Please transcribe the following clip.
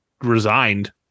resigned